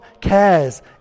cares